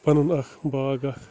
پَنُن اَکھ باغ اَکھ